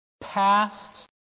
Past